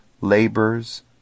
labors